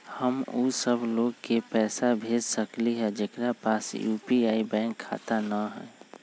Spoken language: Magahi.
हम उ सब लोग के पैसा भेज सकली ह जेकरा पास यू.पी.आई बैंक खाता न हई?